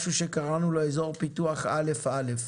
מה שקראנו לו אזור פיתוח א' א'.